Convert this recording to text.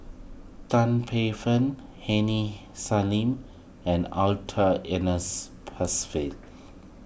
Tan Paey Fern Aini Salim and Arthur Ernest